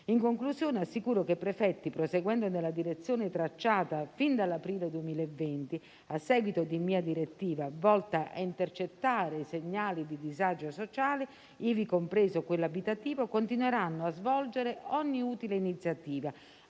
In conclusione, assicuro che i prefetti, proseguendo nella direzione tracciata fin dall'aprile 2020, a seguito di mia direttiva volta a intercettare i segnali di disagio sociale, ivi compreso quello abitativo, continueranno a svolgere ogni utile iniziativa,